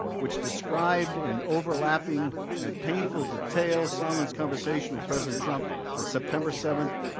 which described in overlapping and painful detail sondland's conversation with president trump on september seven,